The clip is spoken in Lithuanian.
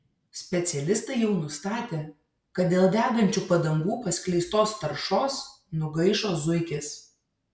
specialistai jau nustatė kad dėl degančių padangų paskleistos taršos nugaišo zuikis